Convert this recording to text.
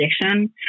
addiction